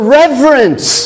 reverence